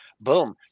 boom